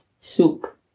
soup